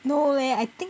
no leh I think